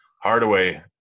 Hardaway